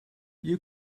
you